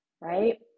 right